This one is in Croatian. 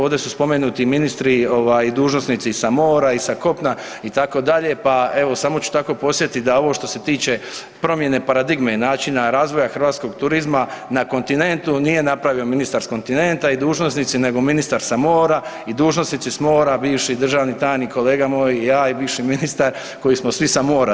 Ovdje su spomenuti ministri i dužnosnici ovaj sa mora i sa kopna itd., pa evo samo ću tako podsjetiti da ovo što se tiče promjene paradigme i načina razvoja hrvatskog turizma na kontinentu nije napravio ministar s kontinenta i dužnosnici nego ministar sa mora i dužnosnici s mora bivši državni tajnik kolega moj, ja i bivši ministar koji smo svi sa mora.